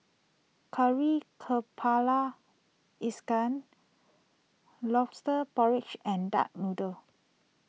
Kari Kepala Ikan Lobster Porridge and Duck Noodle